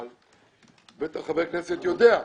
בטח חבר הכנסת יודע,